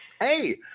hey